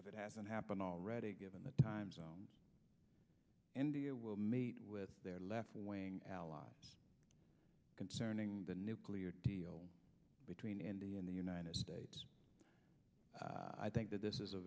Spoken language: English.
if it hasn't happened already given the times india will meet with their leftwing allies concerning the nuclear deal between india and the united states i think that this is a